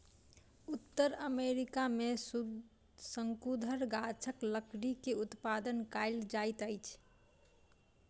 उत्तर अमेरिका में शंकुधर गाछक लकड़ी के उत्पादन कायल जाइत अछि